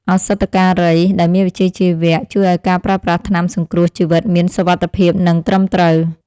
ឱសថការីដែលមានវិជ្ជាជីវៈជួយឱ្យការប្រើប្រាស់ថ្នាំសង្គ្រោះជីវិតមានសុវត្ថិភាពនិងត្រឹមត្រូវ។